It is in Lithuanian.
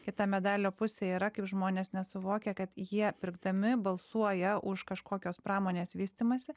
kita medalio pusė yra kaip žmonės nesuvokia kad jie pirkdami balsuoja už kažkokios pramonės vystymąsi